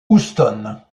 houston